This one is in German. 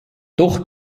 doch